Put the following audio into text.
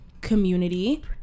community